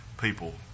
people